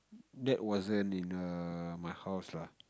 that wasn't in err my house lah